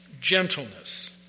gentleness